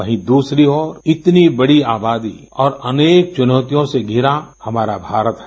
वहीं दूसरी ओर इतनी बड़ी आबादी और अनेक चुनौतियों से धिरा हमारा भारत है